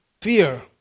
fear